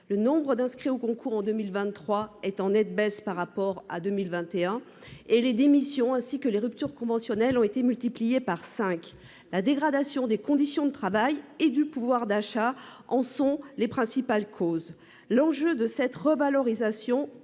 le nombre d'inscrits au concours en 2023 est en nette baisse par rapport à 2021 et les démissions ainsi que les ruptures conventionnelles ont été multipliés par 5. La dégradation des conditions de travail et du pouvoir d'achat en sont les principales causes. L'enjeu de cette revalorisation aurait